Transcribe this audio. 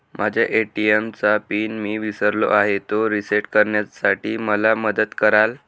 माझ्या ए.टी.एम चा पिन मी विसरलो आहे, तो रिसेट करण्यासाठी मला मदत कराल?